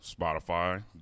Spotify